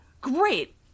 Great